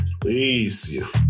please